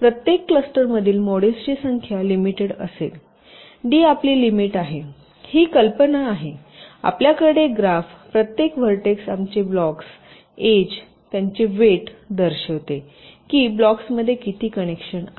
प्रत्येक क्लस्टरमधील मॉड्यूल्सची संख्या लिमिटेड असेलही डी आपली लिमिट आहे ही कल्पना ही आहे आपल्याकडे ग्राफप्रत्येक व्हर्टेक्स आमचे ब्लॉक्स एज एज यांचे वेट दर्शविते की ब्लॉक्समध्ये किती कनेक्शन आहेत